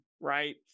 right